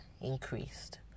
increased